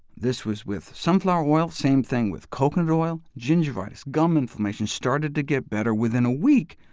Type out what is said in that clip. this was with sunflower oil, same thing with coconut oil. gingivitis, gum inflammation started to get better within a week,